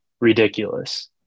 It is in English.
ridiculous